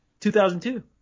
2002